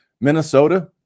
Minnesota